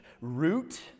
root